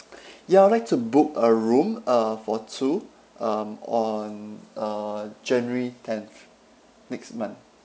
ya I'd like to book a room uh for two um on uh january tenth next month